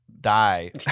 die